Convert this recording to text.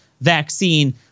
vaccine